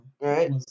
right